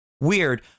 Weird